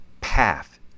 path